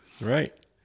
Right